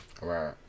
Right